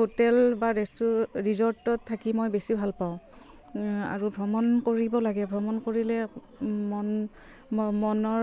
hotel বা ৰেষ্ট ৰিজৰ্টত থাকি মই বেছি ভাল পাওঁ আৰু ভ্ৰমণ কৰিব লাগে ভ্ৰমণ কৰিলে মন মনৰ